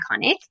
Iconic